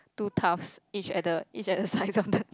two each at the each at the sides of the